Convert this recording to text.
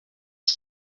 iki